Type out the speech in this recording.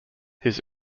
his